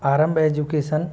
आरंब education